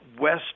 West